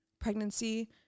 Pregnancy